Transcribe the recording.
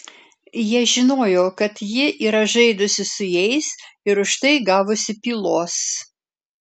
jie žinojo kad ji yra žaidusi su jais ir už tai gavusi pylos